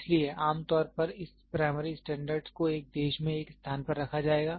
इसलिए आम तौर पर इस प्राइमरी स्टैंडर्ड को एक देश में एक स्थान पर रखा जाएगा